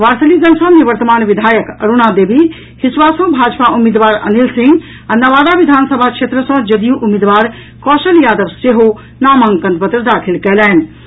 वारिसलीगंज सॅ निवर्तमान विधायक अरूणा देवी हिसुआ सॅ भाजपा उम्मीदवार अनिल सिंह आ नवादा विधानसभा क्षेत्र सॅ जदयू उम्मीदवार कौशल यादव सेहो नामांकन पत्र दाखिल कयलनि अछि